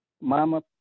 Mama